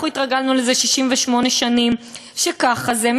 אנחנו התרגלנו 68 שנים שככה זה,